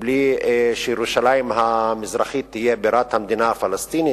בלי שירושלים המזרחית תהיה בירת המדינה הפלסטינית?